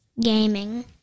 gaming